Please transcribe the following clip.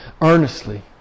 earnestly